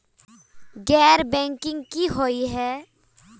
गैर बैंकिंग की हुई है?